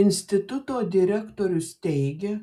instituto direktorius teigia